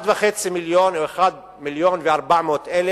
1.5 מיליון או 1.4 מיליון,